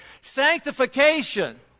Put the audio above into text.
Sanctification